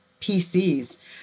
PCs